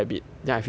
mm